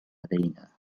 علينا